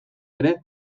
ere